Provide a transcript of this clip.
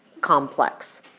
complex